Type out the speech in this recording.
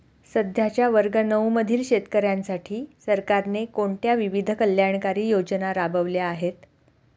सध्याच्या वर्ग नऊ मधील शेतकऱ्यांसाठी सरकारने कोणत्या विविध कल्याणकारी योजना राबवल्या आहेत?